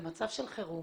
במצב של חירום